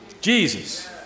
Jesus